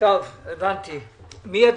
אנחנו מבינים מהיושב-ראש,